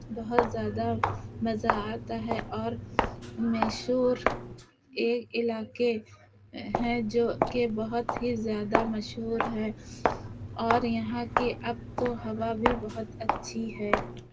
بہت زیادہ مزہ آتا ہے اور میسور ایک علاقے ہیں جو کہ بہت ہی زیادہ مشہور ہے اور یہاں کے آب و ہوا بھی بہت اچھی ہے